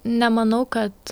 nemanau kad